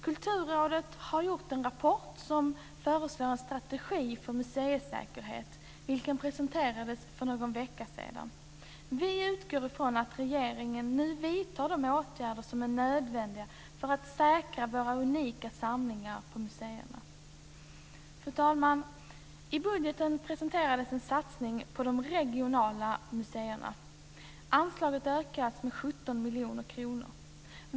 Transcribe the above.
Kulturrådet har skrivit en rapport där man föreslår en strategi för museisäkerhet, vilken presenterades för någon vecka sedan. Vi utgår ifrån att regeringen nu vidtar de åtgärder som är nödvändiga för att säkra våra unika samlingar på museerna. Fru talman! I budgeten presenterades en satsning på de regionala museerna. Anslaget ökas med 17 miljoner kronor.